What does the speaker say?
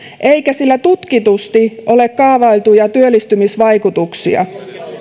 eikä sillä tutkitusti ole kaavailtuja työllistymisvaikutuksia